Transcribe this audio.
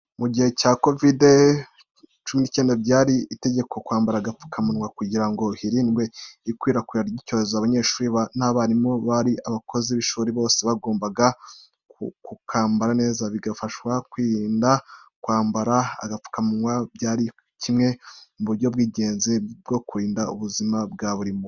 Mugihe cya COVID-19, byari itegeko kwambara agapfukamunwa kugira ngo hirindwe ikwirakwira ry'icyorezo. Abanyeshuri, abarimu n'abandi bakozi b'ishuri bose bagombaga kukambara neza, bigafasha mu kwirinda. Kwambara agapfukamunwa byari kimwe mu buryo bw’ingenzi bwo kurinda ubuzima bwa buri muntu.